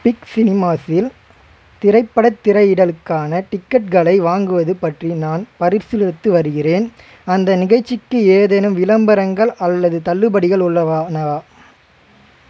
big சினிமாஸில் திரைப்படத் திரையிடலுக்கான டிக்கெட்களை வாங்குவது பற்றி நான் பரிசீலித்து வருகிறேன் அந்த நிகழ்ச்சிக்கு ஏதேனும் விளம்பரங்கள் அல்லது தள்ளுபடிகள் உள்ளனவா